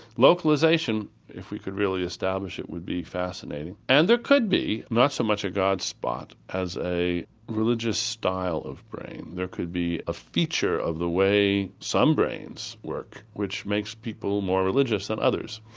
localisation, if we could really establish it, would be fascinating and there could be, not so much a god spot as a religious style of brain. there could be a feature of the way some brains work which makes some people more religious than others.